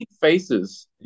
Faces